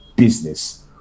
business